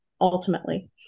ultimately